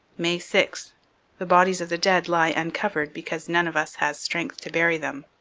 may six the bodies of the dead lie uncovered because none of us has strength to bury them